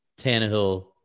Tannehill